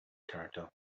character